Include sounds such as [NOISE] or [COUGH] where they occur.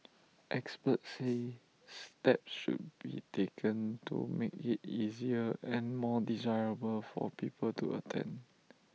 experts say [NOISE] steps should be taken to make IT easier and more desirable for people to attend